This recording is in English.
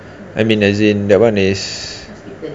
I mean as in that [one] is